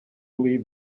leave